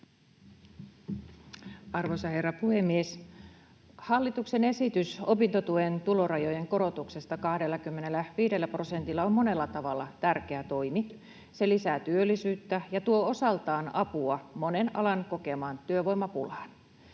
Arvoisa herra puhemies! Hallituksen esitys opintotuen tulorajojen korotuksesta 25 prosentilla on monella tavalla tärkeä toimi. Se lisää työllisyyttä ja tuo osaltaan apua monen alan kokemaan työvoimapulaan.